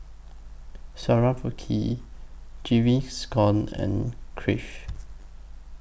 Swarovski Gaviscon and Crave